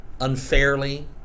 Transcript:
unfairly